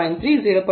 3 0